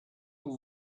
aux